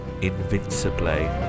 Invincibly